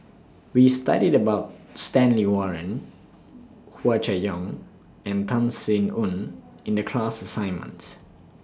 We studied about Stanley Warren Hua Chai Yong and Tan Sin Aun in The class assignment